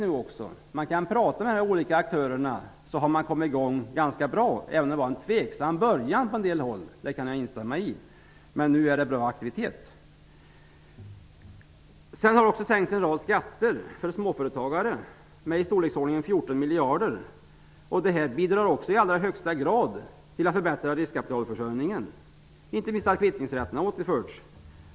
När man talar med de olika aktörerna får man veta att det hela kommit ganska bra i gång, även om det var en tveksam början på en del håll -- det kan jag instämma i. Men nu är det en bra aktivitet. Sedan har det också sänkts en rad skatter för småföretagare, i storleksordningen 14 miljarder. Det bidrar också i alla högsta grad till att förbättra riskkapitalförsörjningen, inte minst att kvittningsrätten återinförts.